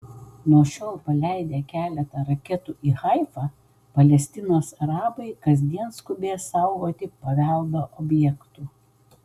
nuo šiol paleidę keletą raketų į haifą palestinos arabai kasdien skubės saugoti paveldo objektų